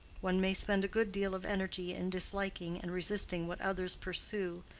one may spend a good deal of energy in disliking and resisting what others pursue,